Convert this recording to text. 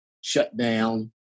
shutdown